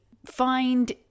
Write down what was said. find